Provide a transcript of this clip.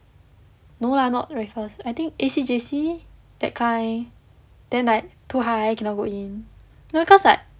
no lah not raffles I think A_C_J_C that kind then like too high cannot go in no cause like